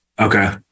Okay